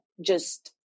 just-